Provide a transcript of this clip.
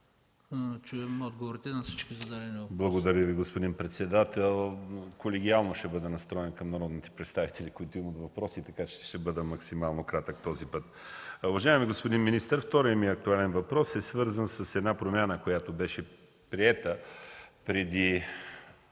чуем отговорите на всички зададени въпроси. ПЕТЪР МУТАФЧИЕВ (КБ): Благодаря Ви, господин председател. Колегиално ще бъда настроен към народните представители, които имат въпроси, така че ще бъда максимално кратък този път. Уважаеми господин министър, вторият ми актуален въпрос е свързан с една промяна, която беше приета преди